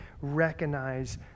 recognize